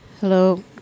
Hello